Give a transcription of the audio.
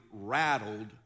rattled